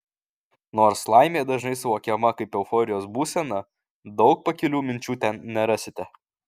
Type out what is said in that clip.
nors laimė dažnai suvokiama kaip euforijos būsena daug pakilių minčių ten nerasite